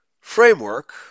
framework